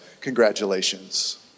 congratulations